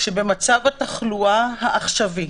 שבמצב התחלואה העכשווי,